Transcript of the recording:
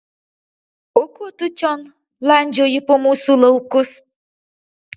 o ko tu čion landžioji po mūsų laukus